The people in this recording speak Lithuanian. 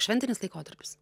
šventinis laikotarpis